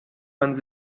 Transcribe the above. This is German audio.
man